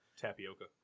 Tapioca